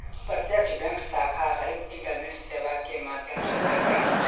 प्रत्यक्ष बैंक शाखा रहित इंटरनेट सेवा के माध्यम सॅ चलैत अछि